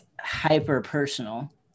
hyper-personal